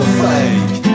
fake